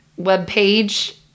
webpage